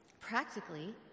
Practically